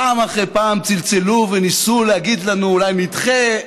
פעם אחרי פעם צלצלו וניסו להגיד לנו: אולי נדחה,